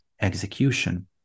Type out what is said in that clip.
execution